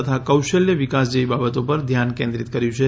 તથા કૌશલ્ય વિકાસ જેવી બાબતો ઉપર ધ્યાન કેન્દ્રિત કર્યું છે